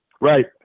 Right